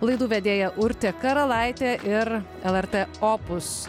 laidų vedėja urtė karalaitė ir lrt opus